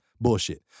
Bullshit